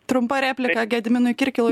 trumpa replika gediminui kirkilui